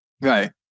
right